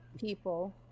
people